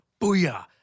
Booyah